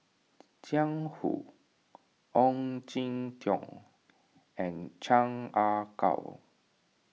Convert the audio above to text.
Jiang Hu Ong Jin Teong and Chan Ah Kow